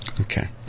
Okay